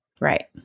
Right